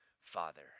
father